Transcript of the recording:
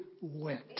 went